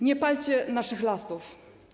Nie palcie naszych lasów.